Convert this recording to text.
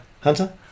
hunter